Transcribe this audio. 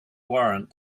warrant